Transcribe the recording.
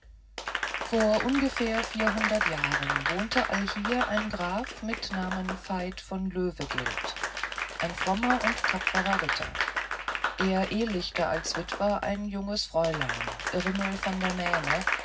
vor ungefähr vierhundert jahren wohnte allhier ein graf mit namen veit von löwegilt ein frommer und tapferer ritter er ehlichte als witwer ein junges fräulein irmel von der mähne